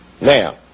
Now